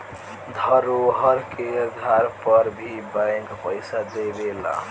धरोहर के आधार पर भी बैंक पइसा देवेला